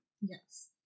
Yes